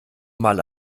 mal